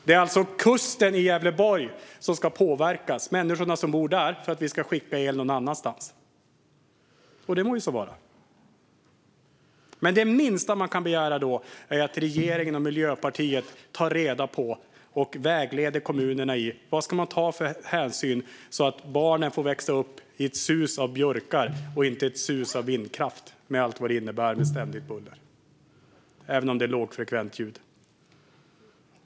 Det är alltså människorna längs kusten i Gävleborg som ska påverkas för att vi ska skicka el någon annanstans. Det må så vara, men det minsta man kan begära då är att regeringen och Miljöpartiet tar reda på och vägleder kommunerna i vad de ska ta för hänsyn så att barnen får växa upp i ett sus av björkar och inte i ett sus av vindkraft, med allt vad det innebär av ständigt buller - även om det är lågfrekvent ljud.